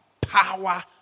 power